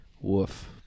Woof